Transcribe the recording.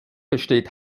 besteht